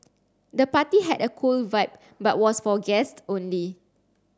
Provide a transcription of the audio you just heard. the party had a cool vibe but was for guests only